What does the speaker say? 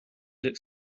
looks